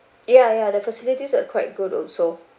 ya ya the facilities are quite good also